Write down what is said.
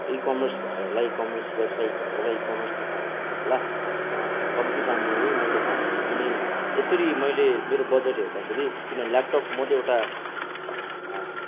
e-commerce भएर होला ecommerce website भएर होला इकमर्स तपाईँहरू भएर होला कम्ती दाममै मैले पाएँ अनि यसरी मैले मेरो बजेट हेर्दाखेरि किनभने ल्यापटप म त एउटा